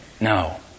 No